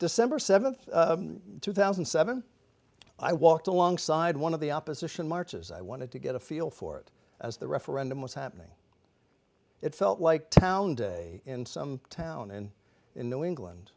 december seventh two thousand and seven i walked alongside one of the opposition marches i wanted to get a feel for it as the referendum was happening it felt like town day in some town and in new england